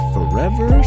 Forever